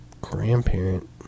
grandparent